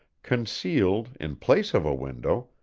concealed, in place of a window,